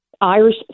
Irish